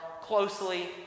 closely